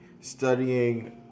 studying